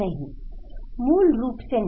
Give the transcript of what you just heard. नहीं मूल रूप से नहीं